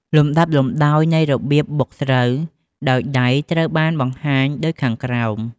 លំដាប់លំដោយនៃរបៀបបុកស្រូវដោយដៃត្រូវបានបង្ហាញដូចខាងក្រោម។